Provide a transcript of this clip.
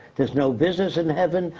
there's no business in heaven,